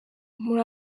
muri